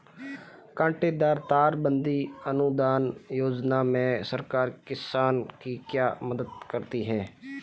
कांटेदार तार बंदी अनुदान योजना में सरकार किसान की क्या मदद करती है?